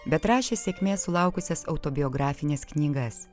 bet rašė sėkmės sulaukusias autobiografines knygas